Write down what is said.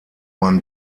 man